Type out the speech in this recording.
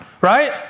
right